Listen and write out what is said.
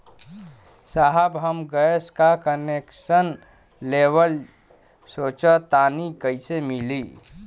साहब हम गैस का कनेक्सन लेवल सोंचतानी कइसे मिली?